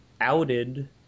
outed